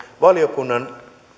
valiokunnan